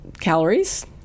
calories